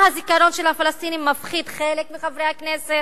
הזיכרון של הפלסטינים מפחיד חלק מחברי הכנסת?